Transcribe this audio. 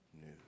news